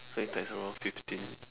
so you times around fifteen